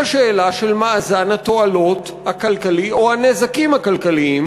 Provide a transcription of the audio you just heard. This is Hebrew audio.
והיא השאלה של מאזן התועלות הכלכלי או הנזקים הכלכליים